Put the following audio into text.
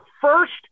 first